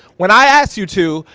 when i ask you to,